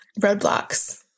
roadblocks